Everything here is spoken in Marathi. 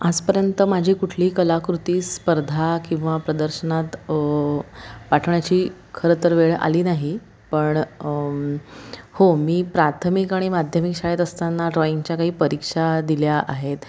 आजपर्यंत माझी कुठलीही कलाकृती स्पर्धा किंवा प्रदर्शनात पाठवण्याची खरं तर वेळ आली नाही पण हो मी प्राथमिक आणि माध्यमिक शाळेत असताना ड्रॉईंगच्या काही परीक्षा दिल्या आहेत